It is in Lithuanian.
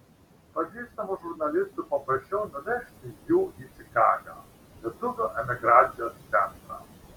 pažįstamų žurnalistų paprašiau nuvežti jų į čikagą lietuvių emigracijos centrą